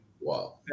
Wow